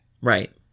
Right